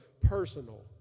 personal